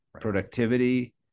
productivity